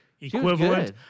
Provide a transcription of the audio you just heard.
equivalent